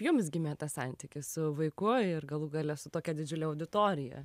jums gimė tas santykis su vaiku ir galų gale su tokia didžiule auditorija